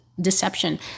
deception